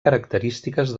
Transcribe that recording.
característiques